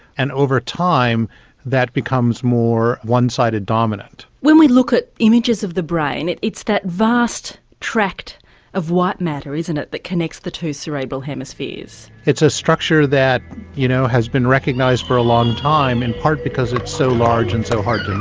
and over time that becomes more one-side-dominant. when we look at images of the brain it's that vast tract of white matter, isn't it, that connects the two cerebral hemispheres? it's a structure that you know has been recognised for a long time in part because it's so large and so hard